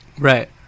right